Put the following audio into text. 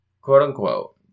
quote-unquote